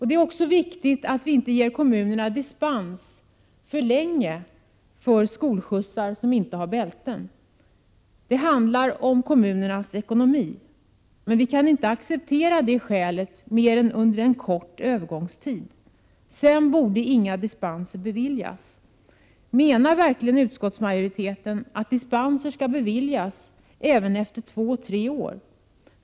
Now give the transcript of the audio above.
Det är också viktigt att vi inte ger kommunerna för lång dispens för skolskjutsar som inte har bälten. Det handlar om kommunernas ekonomi, men vi kan inte acceptera det skälet under mer än en kortare övergångstid. Därefter borde inga dispenser beviljas. Menar verkligen utskottsmajoriteten att dispenser skall beviljas även efter två tre år?